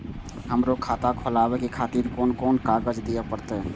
हमरो खाता खोलाबे के खातिर कोन कोन कागज दीये परतें?